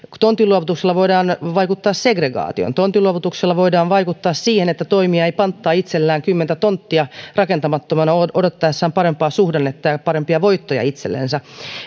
tontinluovutuksella voidaan vaikuttaa segregaatioon tontinluovutuksella voidaan vaikuttaa siihen että toimija ei panttaa itsellään kymmentä tonttia rakentamattomana odottaessaan parempaa suhdannetta ja ja parempia voittoja itsellensä